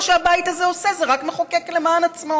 שהבית הזה עושה זה רק מחוקק למען עצמו,